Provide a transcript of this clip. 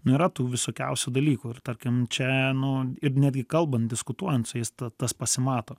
nu yra tų visokiausių dalykų ir tarkim čia nu ir netgi kalbant diskutuojant su jais tas pasimato